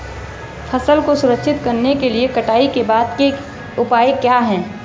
फसल को संरक्षित करने के लिए कटाई के बाद के उपाय क्या हैं?